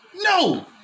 no